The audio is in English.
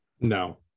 No